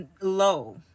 low